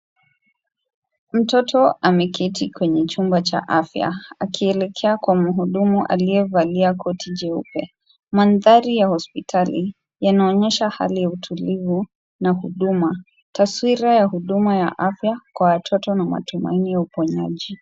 Mtoto, ameketi kwenye chumba cha afya, akielekea kwa mhudumu aliyevaalia koti jeupe. Mandhari ya hospitali yanaonyesha hali ya utulivu na huduma, taswira ya huduma ya afya kwa watoto na matumaini ya uponyaji.